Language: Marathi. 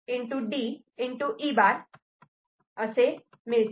E B'